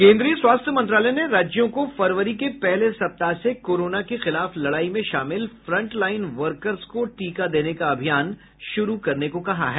केंद्रीय स्वास्थ्य मंत्रालय ने राज्यों को फरवरी के पहले सप्ताह से कोरोना के खिलाफ लडाई में शामिल फ्रंटलाइन वर्कर्स को टीका देने का अभियान शुरू करने को कहा है